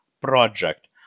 Project